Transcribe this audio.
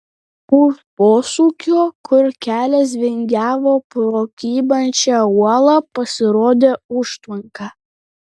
už posūkio kur kelias vingiavo pro kybančią uolą pasirodė užtvanka